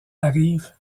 arrivent